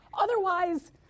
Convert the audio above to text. otherwise